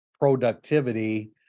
productivity